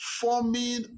forming